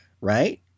right